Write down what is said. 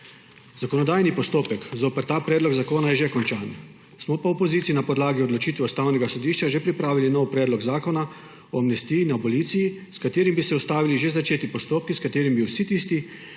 Zakonodajni postopek zoper ta predlog zakona je že končan, smo pa v opoziciji na podlagi odločitve Ustavnega sodišča že pripravili nov predlog zakona o amnestiji in aboliciji, s katerim bi se ustavili že začeti postopki, s katerim bi bili